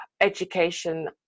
education